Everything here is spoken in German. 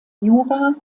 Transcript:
jura